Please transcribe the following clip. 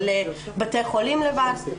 בלילה הם ייגשו לבתי חולים לבד.